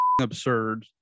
absurd